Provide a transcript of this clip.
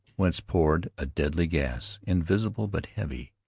whence poured a deadly gas invisible but heavy,